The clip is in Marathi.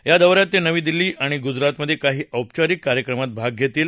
या दौ यात ते नवी दिल्ली आणि गुजरातमधे काही औपचारिक कार्यक्रमात भाग घेतील